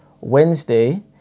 Wednesday